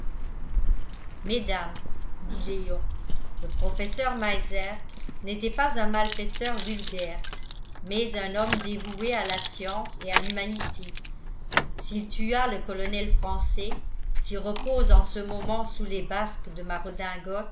mesdames dit léon le professeur meiser n'était pas un malfaiteur vulgaire mais un homme dévoué à la science et à l'humanité s'il tua le colonel français qui repose en ce moment sous les basques de